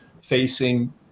facing